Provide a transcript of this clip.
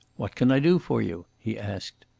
what can i do for you? he asked.